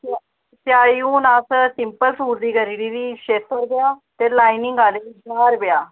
सेआई हून अस सिंपल सूट दी करी ओड़दी छे सौ रपेआ ते लाईनिंग आह्ले दी ज्हार रपेआ